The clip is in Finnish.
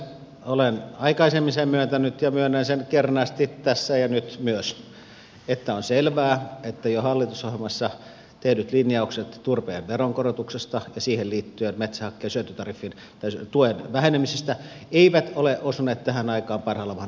olen aikaisemmin sen myöntänyt ja myönnän sen kernaasti tässä ja nyt myös että on selvää että jo hallitusohjelmassa tehdyt linjaukset turpeen veronkorotuksesta ja siihen liittyen metsähakkeen syöttötariffin tuen vähenemisestä eivät ole osuneet tähän aikaan parhaalla mahdollisella tavalla